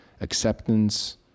acceptance